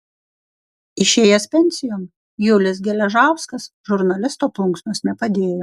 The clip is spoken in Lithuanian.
išėjęs pensijon julius geležauskas žurnalisto plunksnos nepadėjo